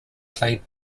played